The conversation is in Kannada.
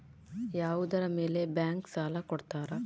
ಯಾವುದರ ಮೇಲೆ ಬ್ಯಾಂಕ್ ಸಾಲ ಕೊಡ್ತಾರ?